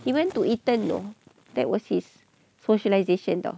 he went to eton know that was his socialization [tau]